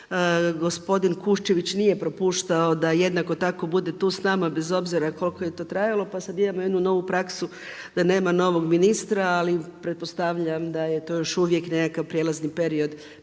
Gospodin Kuščević nije propuštao da jednako tako bude tu s nama bez obzira koliko je to trajalo pa sada imamo jednu novu praksu da nema novog ministra, ali pretpostavljam da je to još uvijek nekakav prijelazni period pa